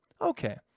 Okay